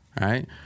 right